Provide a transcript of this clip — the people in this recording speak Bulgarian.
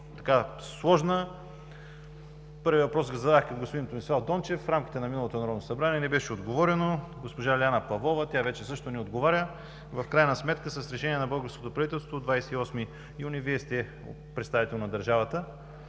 малко сложна. Първия въпрос го зададох към господин Томислав Дончев в рамките на миналото Народно събрание, не беше отговорено. Госпожа Лиляна Павлова също вече не отговаря. В крайна сметка с решение на българското правителство от 28 юни Вие сте представител на държавата.